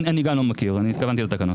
אני גם לא מכיר, התכוונתי לתקנות.